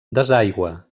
desaigua